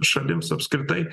šalims apskritai